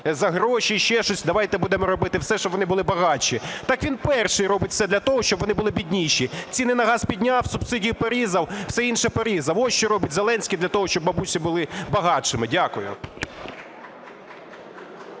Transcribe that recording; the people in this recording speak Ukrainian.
за гроші ще щось, давайте будемо робити все, щоб вони були багатші. Так він перший робить все для того, щоб вони були бідніші: ціни на газ підняв, субсидії порізав, все інше порізав. Ось що робить Зеленський для того, щоб бабусі були багатшими. Дякую.